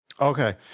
Okay